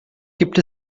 gibt